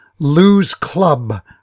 loseclub